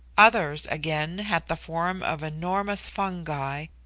others, again, had the form of enormous fungi,